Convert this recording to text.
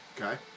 Okay